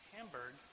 Hamburg